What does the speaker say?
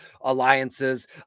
alliances